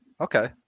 Okay